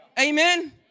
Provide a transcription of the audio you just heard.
Amen